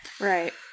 Right